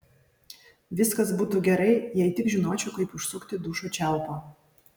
viskas būtų gerai jei tik žinočiau kaip užsukti dušo čiaupą